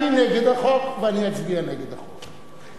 אני נגד החוק, ואני אצביע נגד החוק.